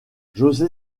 josé